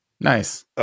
Nice